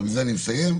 ובזה אני מסיים,